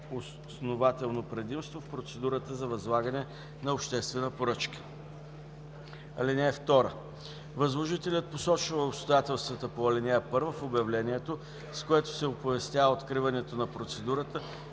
предимство в процедурата за възлагане на обществена поръчка. (2) Възложителят посочва обстоятелствата по ал. 1 в обявлението, с което се оповестява откриването на процедурата